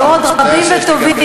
ועוד רבים וטובים,